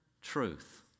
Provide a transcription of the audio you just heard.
truth